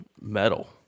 metal